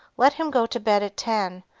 let him go to bed at ten,